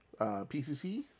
PCC